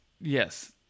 Yes